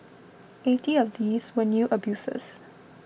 eighty of these were new abusers